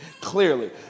clearly